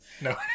No